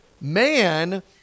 man